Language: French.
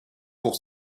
pour